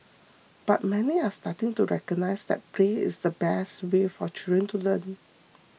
but many are starting to recognise that play is the best way for children to learn